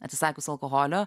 atsisakius alkoholio